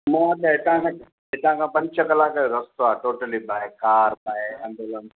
हूअं त हिता खां हिता खां पंज छह कलाक जो रस्तो आहे टोटली चाहे कार चाहे एम्बुलेंस